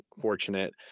fortunate